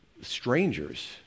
strangers